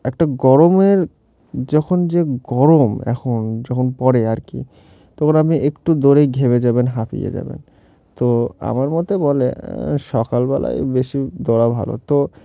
একটা গরমের যখন যে গরম এখন যখন পড়ে আর কি তখন আপনি একটু দৌড়েই ঘেমে যাবেন হাঁফিয়ে যাবেন তো আমার মতে বলে সকালবেলায় বেশি দৌড়ান ভালো তো